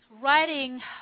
writing